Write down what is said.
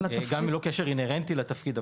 גם אם לא קשר אינהרנטי לתפקיד.